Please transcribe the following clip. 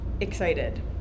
excited